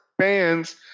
Fans